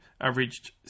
averaged